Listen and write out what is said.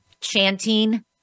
chanting